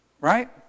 Right